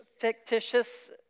fictitious